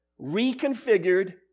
reconfigured